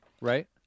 right